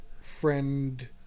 friend